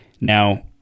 Now